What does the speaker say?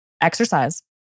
exercise